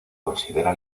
considera